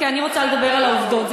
כי אני רוצה לדבר על העובדות,